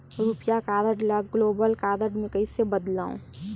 रुपिया कारड ल global card मे कइसे बदलव?